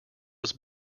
was